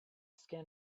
skin